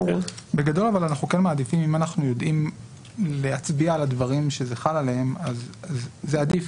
אבל אם אנחנו יודעים להצביע על הדברים שזה חל עליהם אז זה עדיף,